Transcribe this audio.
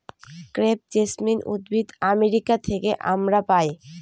crepe jasmine উদ্ভিদ America থেকে আমরা পাই